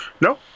No